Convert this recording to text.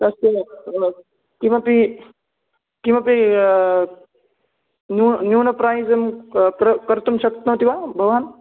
तस्य किमपि किमपि न्यू न्यूनं प्रैसं क क्र कर्तुं शक्नोति वा भवान्